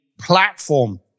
platform